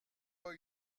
pas